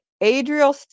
adriel